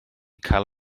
cael